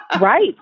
Right